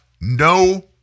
no